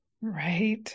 Right